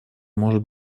может